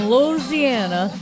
Louisiana